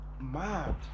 Mad